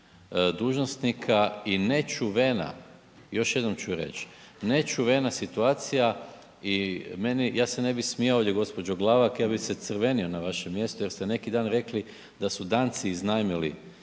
dužnosnika i nečuvena i još jednom ću reć nečuvena situacija i meni, ja se ne bi smijao ovdje gđo. Glavak, ja bi se crvenio na vašem mjestu jer ste neki dan rekli da ste Danci iznajmili